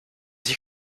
sich